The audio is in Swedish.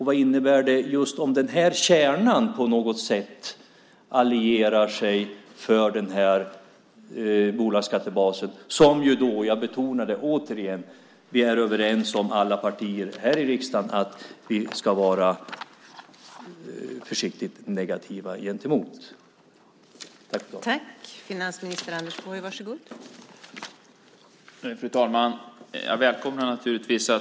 Vad innebär det om den här kärnan på något sätt allierar sig för bolagsskattebasen? Jag betonar igen att alla partier här i riksdagen är överens om att vara försiktigt negativa gentemot den.